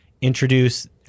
Introduce